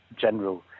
general